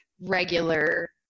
regular